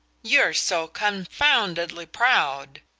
you're so confoundedly proud!